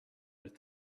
with